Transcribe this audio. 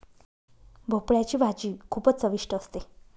भोपळयाची भाजी खूपच चविष्ट असते